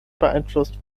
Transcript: beeinflusst